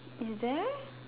is there